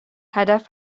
هدف